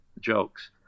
jokes